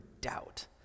doubt